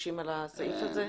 מתעקשים על הסעיף הזה?